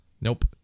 nope